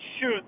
shoot